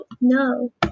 No